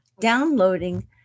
downloading